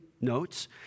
notes